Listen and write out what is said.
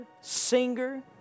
singer